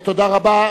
תודה רבה.